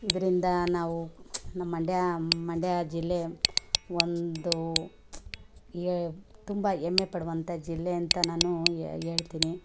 ಇದರಿಂದ ನಾವು ನಮ್ಮ ಮಂಡ್ಯ ಮಂಡ್ಯ ಜಿಲ್ಲೆ ಒಂದು ಹೆ ತುಂಬ ಹೆಮ್ಮೆ ಪಡುವಂಥ ಜಿಲ್ಲೆ ಅಂತ ನಾನು ಹೇಳ್ತೀನಿ